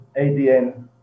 adn